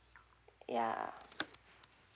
ya